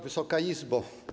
Wysoka Izbo!